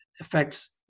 affects